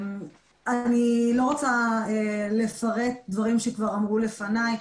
אני לא רוצה לפרט דברים שכבר אמרו לפניי,